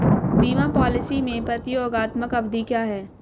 बीमा पॉलिसी में प्रतियोगात्मक अवधि क्या है?